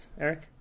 Eric